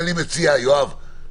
יואב,